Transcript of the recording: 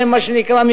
מה שנקרא,